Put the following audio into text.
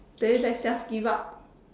then let's just give up